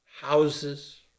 houses